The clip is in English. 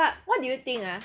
but what do you think ah